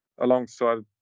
alongside